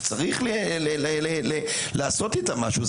שצריך לעשות איתם משהו,